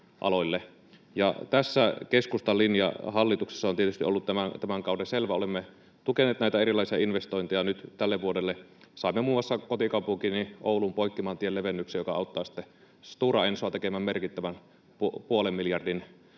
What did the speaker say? Tässä keskustan linja hallituksessa on tietysti ollut tämän kauden selvä, ja olemme tukeneet näitä erilaisia investointeja. Nyt tälle vuodelle saimme muun muassa kotikaupunkiini Ouluun Poikkimaantien levennyksen, joka auttaa sitten Stora Ensoa tekemään Ouluun merkittävän, puolen miljardin